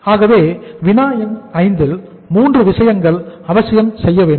ஆகவே வினா எண் 5 ல் 3 விஷயங்களை அவசியம் செய்ய வேண்டும்